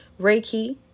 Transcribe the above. Reiki